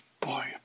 boy